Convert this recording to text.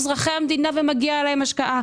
הם אזרחי המדינה ומגיע להם שישקיעו בהם.